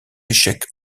échecs